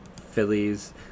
Phillies